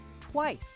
twice